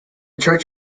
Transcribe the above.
church